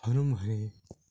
भनौँ भने